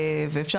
ואפשר,